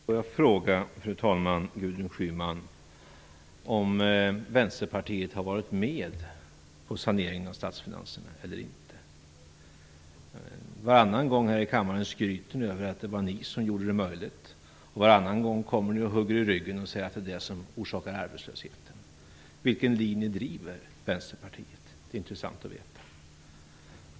Fru talman! Får jag fråga Gudrun Schyman om Vänsterpartiet har varit med om saneringen av statsfinanserna eller inte? Varannan gång här i kammaren skryter ni över att det var ni som gjorde det möjligt, och varannan gång kommer ni och hugger i ryggen och säger att det är detta som orsakar arbetslösheten. Vilken linje driver Vänsterpartiet? Det vore intressant att veta.